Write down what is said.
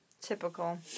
Typical